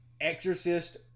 exorcist